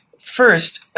First